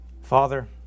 Father